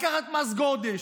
לקחת מס גודש,